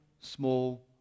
small